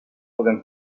podem